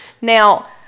Now